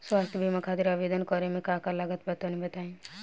स्वास्थ्य बीमा खातिर आवेदन करे मे का का लागत बा तनि बताई?